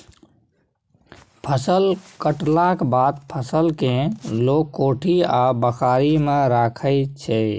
फसल कटलाक बाद फसल केँ लोक कोठी आ बखारी मे राखै छै